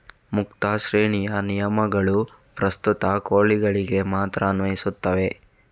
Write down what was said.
ಮುಕ್ತ ಶ್ರೇಣಿಯ ನಿಯಮಗಳು ಪ್ರಸ್ತುತ ಕೋಳಿಗಳಿಗೆ ಮಾತ್ರ ಅನ್ವಯಿಸುತ್ತವೆ